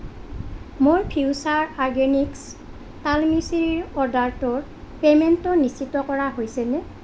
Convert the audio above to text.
মোৰ Future Organics তাল মিচিৰিৰ অৰ্ডাৰটোৰ পে'মেণ্টটো নিশ্চিত কৰা হৈছেনে